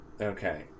Okay